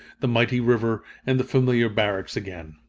the mighty river, and the familiar barracks again.